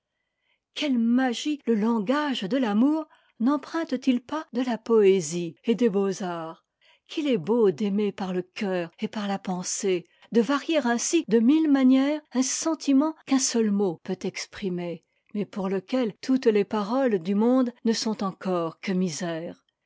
quelle magie le langage de l'amour nempruntet il pas de la poésie et des beaux-arts qu'il est beau d'aimer par le cœur et par la pen sée de varier ainsi de mille manières un sentiment qu'un seul mot peut exprimer mais pour lequel toutes les paroles du monde ne sont encore que misère